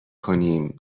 کنیم